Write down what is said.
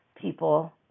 people